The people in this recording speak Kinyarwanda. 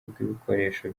bw’ibikoresho